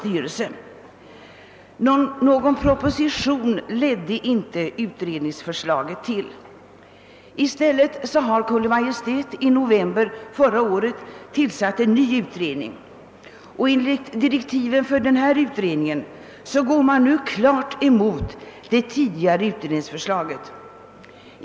Utredningsförslaget ledde inte till någon proposition. I stället tillsatte Kungl. Maj:t i november förra året en ny utredning. Enligt direktiven för denna utredning går man nu klart emot det tidigare utredningsförslaget.